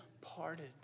parted